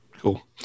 cool